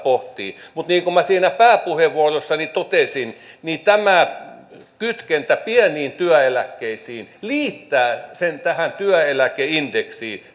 pohtii mutta niin kuin minä siinä pääpuheenvuorossani totesin tämä kytkentä pieniin työeläkkeisiin liittää sen tähän työeläkeindeksiin